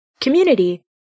community